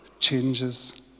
changes